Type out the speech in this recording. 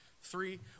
Three